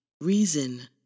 reason